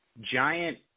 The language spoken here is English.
giant